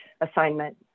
assignment